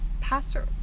pastor